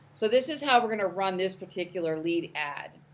so, this is how we're gonna run this particular lead ad.